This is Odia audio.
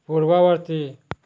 ପୂର୍ବବର୍ତ୍ତୀ